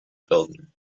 building